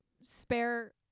spare